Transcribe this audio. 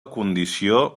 condició